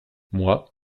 moi